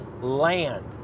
land